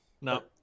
No